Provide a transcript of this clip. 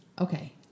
Okay